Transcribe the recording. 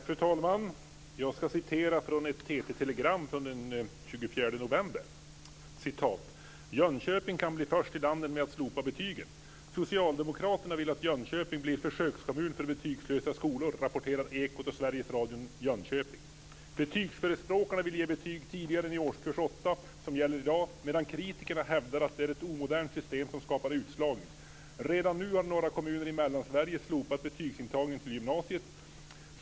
Fru talman! Jag ska citera från ett TT-telegram från den 24 november. "Jönköping kan bli först i landet med att slopa betygen. Socialdemokraterna vill att Jönköping blir försökskommun för betygslösa skolor, rapporterar Betygsförespråkarna vill ge betyg tidigare än i årskurs 8, som gäller i dag, medan kritikerna hävdar att det är ett omodernt system som skapar utslagning. Redan nu har några kommuner i Mellansverige slopat betygsintagningen till gymnasiet.